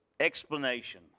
Explanation